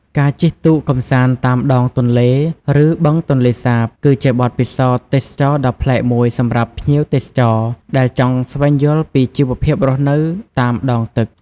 ការជិះទូកកម្សាន្តតាមដងទន្លេ ឬបឹងទន្លេសាប គឺជាបទពិសោធន៍ទេសចរណ៍ដ៏ប្លែកមួយសម្រាប់ភ្ញៀវទេសចរ ដែលចង់ស្វែងយល់ពីជីវភាពរស់នៅតាមដងទឹក ។